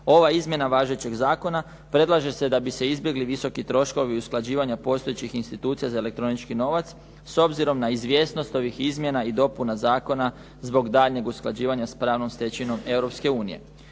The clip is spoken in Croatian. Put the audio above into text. Ova izmjena važećeg zakona predlaže se da bi se izbjegli visoki troškovi usklađivanja postojećih institucija za elektronički novac s obzirom na izvjesnost ovih izmjena i dopuna zakona zbog daljnjeg usklađivanja s pravnom stečevinom